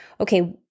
Okay